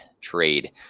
trade